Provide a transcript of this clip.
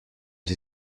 sie